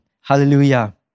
Hallelujah